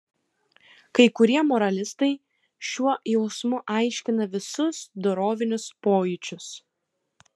kai kurie moralistai šiuo jausmu aiškina visus dorovinius pojūčius